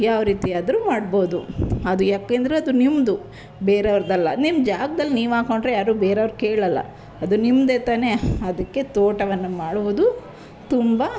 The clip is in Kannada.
ಯಾವ ರೀತಿಯಾದರೂ ಮಾಡ್ಬೋದು ಅದು ಯಾಕೆಂದ್ರೆ ಅದು ನಿಮ್ಮದು ಬೇರೆಯವ್ರದ್ದಲ್ಲ ನಿಮ್ಮ ಜಾಗ್ದಲ್ಲಿ ನೀವು ಹಾಕೊಂಡ್ರೆ ಯಾರು ಬೇರೆಯವ್ರು ಕೇಳೋಲ್ಲ ಅದು ನಿಮ್ಮದೆ ತಾನೇ ಅದಕ್ಕೆ ತೋಟವನ್ನು ಮಾಡುವುದು ತುಂಬ